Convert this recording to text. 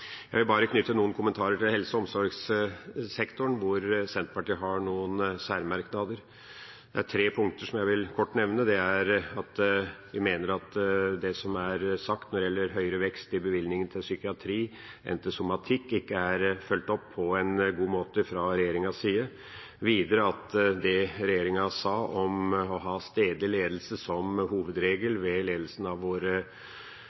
Jeg vil bare knytte noen kommentarer til helse- og omsorgssektoren, hvor Senterpartiet har noen særmerknader. Det er tre punkter som jeg kort vil nevne. Vi mener at det som er sagt når det gjelder høyere vekst i bevilgningen til psykiatri enn til somatikk, ikke er fulgt opp på en god måte fra regjeringas side. Videre at det regjeringa sa om å ha stedlig ledelse som hovedregel ved ledelsen av våre